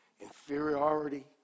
Inferiority